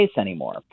anymore